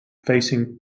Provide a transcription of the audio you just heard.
facing